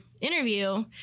interview